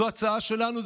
זו הצעה שלנו.